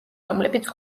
რომლებიც